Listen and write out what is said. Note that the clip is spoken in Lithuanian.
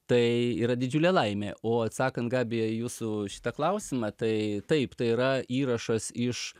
tai yra didžiulė laimė o atsakant gabija į jūsų šitą klausimą tai taip tai yra įrašas iš